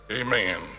amen